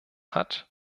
hat